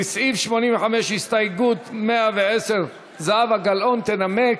לסעיף 85, הסתייגות 110, זהבה גלאון תנמק.